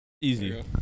Easy